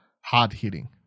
hard-hitting